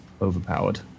overpowered